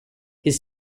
his